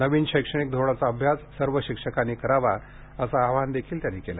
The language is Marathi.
नवीन शैक्षणिक धोरणाचा अभ्यास सर्व शिक्षकांनी करावा असे आवाहन देखील त्यांनी केले